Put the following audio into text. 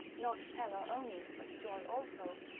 not terror only, but joy also,